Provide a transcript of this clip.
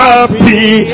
Happy